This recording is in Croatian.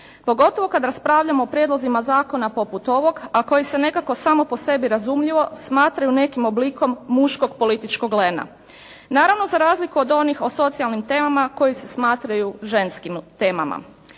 Pogotovo kad raspravljamo o prijedlozima zakona poput ovog a koji se nekako samo po sebi razumljivo smatraju nekim oblikom muškog političkog lena. Naravno za razliku od onih o socijalnim temama koji se smatraju ženskim temama.